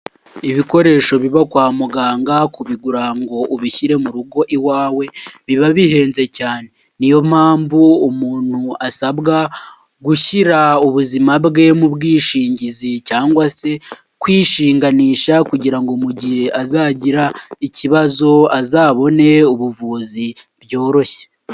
Ibikoresho biba kwa muganga, kubigura ngo ubishyire mu rugo iwawe biba bihenze cyane, niyo mpamvu umuntu asabwa gushyira ubuzima bwe mu bwishingizi cyangwa se kwishinganisha kugira ngo mu gihe azagira ikibazo azabone ubuvuzi byoroshye.